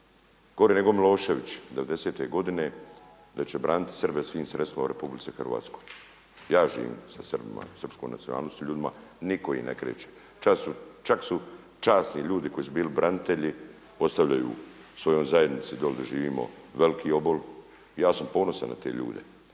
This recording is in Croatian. gore nego Milošević 90.-te godine da će braniti Srbe svim sredstvima u RH. Ja živim sa Srbima, srpskom nacionalnosti, ljudima, nitko … čak su časni ljudi koji su bili branitelji, ostavljaju svojoj zajednici dolje gdje živimo veliki obol, ja sam ponosan na te ljude.